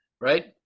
right